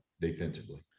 defensively